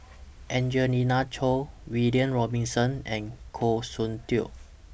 Angelina Choy William Robinson and Goh Soon Tioe